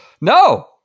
No